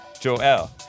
Joel